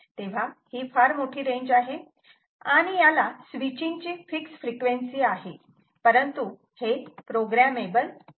तेव्हा ही मोठी रेंज आहे आणि याला स्विचींग ची फिक्स फ्रिक्वेन्सी आहे परंतु हे प्रोग्रामेबल आहे